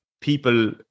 people